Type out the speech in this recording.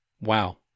Wow